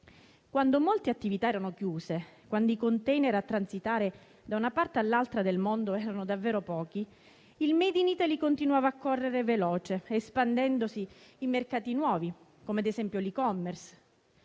Quando molte attività erano chiuse, quando i container a transitare da una parte all'altra del mondo erano davvero pochi, il *made in Italy* continuava a correre veloce, espandendosi in mercati nuovi, come ad esempio l'*e-commerce*.